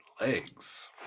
legs